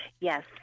yes